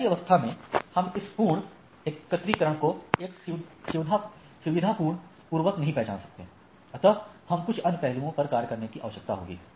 ऐसी अवस्था में हम इस संपूर्ण एकत्रीकरण को एक सुविधापूर्वक नहीं पहचान सकते अतः हम कुछ अन्य पहलुओं पर कार्य करने की आवश्यकता होगी